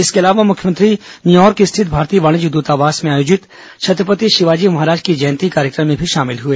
इसके अलावा मुख्यमंत्री न्यूयार्क स्थित भारतीय वाणिज्य द्रतावास में आयोजित छत्रपति शिवाजी महाराज की जयंती कार्यक्रम में शामिल हुए